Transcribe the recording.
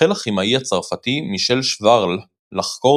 החל הכימאי הצרפתי מישל שוורל לחקור